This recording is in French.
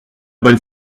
bonne